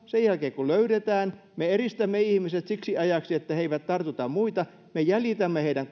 sen jälkeen kun löydetään me eristämme ihmiset siksi ajaksi että he eivät tartuta muita me jäljitämme heidän